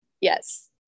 yes